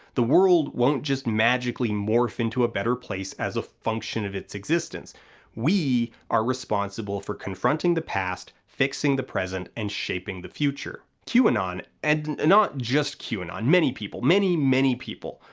the world won't just magically morph into a better place as a function of its existence we are responsible for confronting the past, fixing the present, and shaping the future. qanon, and not just qanon, many people, many many people,